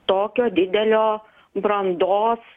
tokio didelio brandos